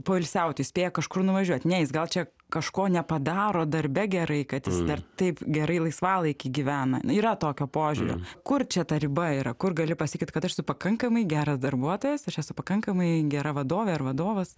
poilsiauti spėja kažkur nuvažiuoti ne jis gal čia kažko nepadaro darbe gerai kad jis dar taip gerai laisvalaikį gyvena yra tokio požiūrio kur čia ta riba yra kur gali pasakyt kad esu pakankamai geras darbuotojas aš esu pakankamai gera vadovė ar vadovas